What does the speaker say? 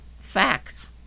facts